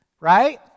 right